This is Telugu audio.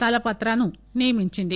తలపత్రాను నియమించింది